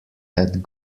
had